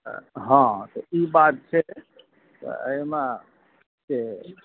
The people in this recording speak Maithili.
हँ तऽ ई बात छै तऽ एहिमेसँ